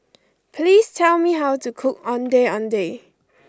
please tell me how to cook Ondeh Ondeh